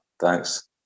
Thanks